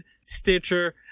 stitcher